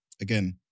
again